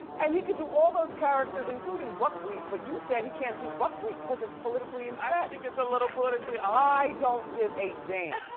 and he could do all those characters, including buckwheat, but you said he can't do buckwheat cause it's politically incorrect. and i yeah think it's a little politically i don't give a damn.